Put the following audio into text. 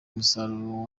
musaruro